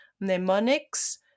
mnemonics